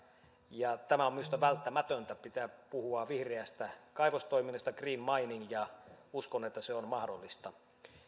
ja tämä on minusta välttämätöntä pitää puhua vihreästä kaivostoiminnasta green mining ja uskon että se on mahdollista